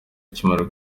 akimara